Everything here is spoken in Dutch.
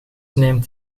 neemt